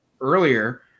earlier